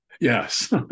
Yes